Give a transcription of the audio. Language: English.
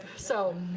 so,